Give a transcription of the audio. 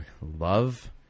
love